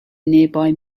nearby